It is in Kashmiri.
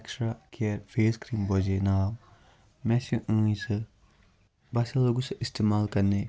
ایٚکسٹرا کیر فیس کریٖم بوزے ناو مےٚ سا أنۍ سُہ بہٕ ہَسا لوٚگُس اِستعمال کَرنہِ